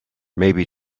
maybe